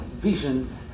visions